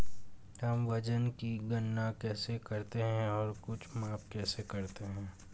हम वजन की गणना कैसे करते हैं और कुछ माप कैसे करते हैं?